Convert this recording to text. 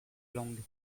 langue